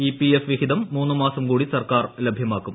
E P F വിഹിതം മൂന്നു മാസം കൂടി സർക്കാർ ലഭ്യമാക്കും